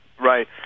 Right